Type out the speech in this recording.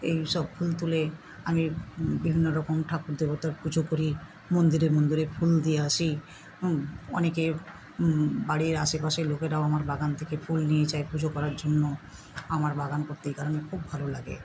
এই সব ফুল তুলে আমি বিভিন্ন রকম ঠাকুর দেবতার পুজো করি মন্দিরে মন্দিরে ফুল দিয়ে আসি অনেকের বাড়ির আশেপাশের লোকেরাও আমার বাগান থেকে ফুল নিয়ে যায় পুজো করার জন্য আমার বাগান করতে কারণ খুব ভালো লাগে